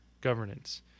governance